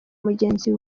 mugenzi